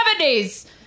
70s